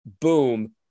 Boom